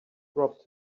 dropped